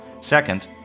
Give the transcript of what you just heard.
Second